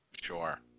Sure